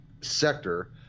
sector